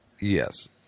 Yes